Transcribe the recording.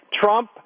Trump